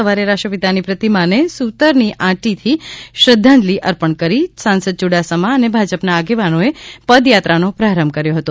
સવારે રાષ્ટ્પિતા ની પ્રતિમાને સુતરની આંટી થી શ્રદ્ધાંજલિ અર્પણ કરી સાંસદ યુડાસમા અને ભાજપ ના આગેવાનોએ પ દયાત્રાનો પ્રારંભ કર્યો હતો